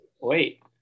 wait